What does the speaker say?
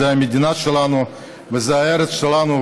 זו המדינה שלנו וזו הארץ שלנו,